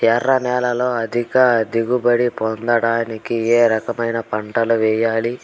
ఎర్ర నేలలో అధిక దిగుబడి పొందడానికి ఏ రకమైన పంటలు చేయాలి?